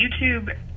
YouTube